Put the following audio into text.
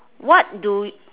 what do